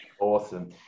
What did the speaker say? Awesome